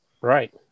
Right